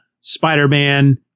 Spider-Man